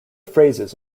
phrases